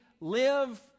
live